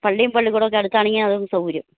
പള്ളിയും പള്ളിക്കൂടമൊക്കെ അടുത്താണെങ്കിൽ അതും സൗകര്യം